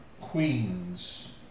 Queens